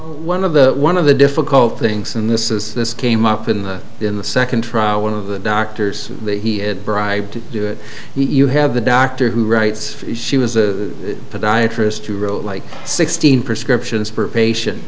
one of the one of the difficult things and this is this came up in the in the second trial one of the doctors that he had bribed to do it you have the doctor who writes she was a podiatrist who wrote like sixteen prescriptions per patient